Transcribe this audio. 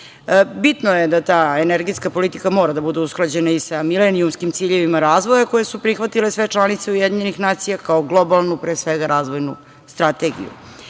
je da ta energetska politika mora da bude usklađena i sa milenijumskim ciljevima razvoja koje su prihvatile sve članice UN, kao globalnu, pre svega, razvojnu strategiju. Jedan